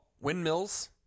windmills